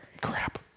crap